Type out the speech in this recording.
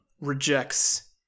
rejects